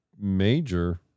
major